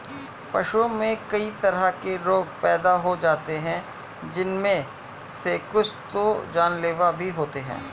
पशुओं में कई तरह के रोग पैदा हो जाते हैं जिनमे से कुछ तो जानलेवा भी होते हैं